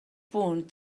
punt